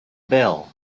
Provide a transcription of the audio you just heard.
bell